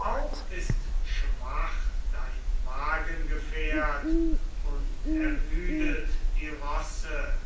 auch ist schwach dein wagengefährt und ermüdet die rosse